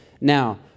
Now